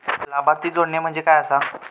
लाभार्थी जोडणे म्हणजे काय आसा?